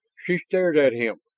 she stared at him,